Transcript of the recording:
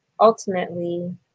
ultimately